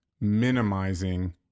minimizing